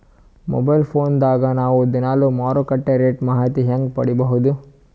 Mobile phone ದಾಗ ನಾವು ದಿನಾಲು ಮಾರುಕಟ್ಟೆ ರೇಟ್ ಮಾಹಿತಿ ಹೆಂಗ ಪಡಿಬಹುದು?